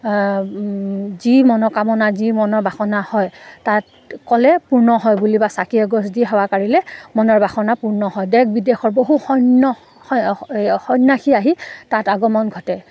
যি মনকামনা যি মনৰ বাসনা হয় তাত ক'লে পূৰ্ণ হয় বুলি বা চাকি এগছ দি সেৱা কাৰিলে মনৰ বাসনা পূৰ্ণ হয় দেশ বিদেশৰ বহু সৈন্য সন্ন্যাসী আহি তাত আগমন ঘটে